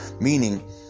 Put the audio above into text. Meaning